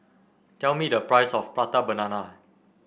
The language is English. tell me the price of Prata Banana